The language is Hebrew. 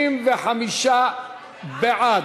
25 בעד,